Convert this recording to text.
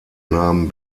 namen